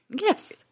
yes